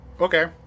Okay